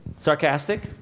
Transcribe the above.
sarcastic